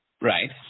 right